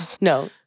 No